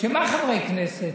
מה חברי כנסת?